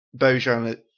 Bojan